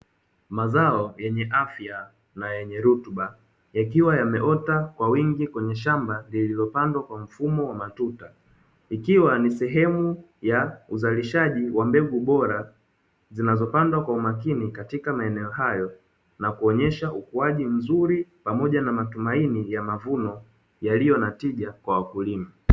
Mazao yenye afya na yenye rutuba yakiwa yameota kwa wingi kwenye shamba lililopandwa kwa mfumo wa matuta. Ikiwa ni sehemu ya uzalishaji wa mbegu bora zinazopandwa kwa umakini katika maeneo hayo na kuonyesha ukuaji mzuri pamoja na matumaini ya mavuno yaliyo na tija kwa wakulima.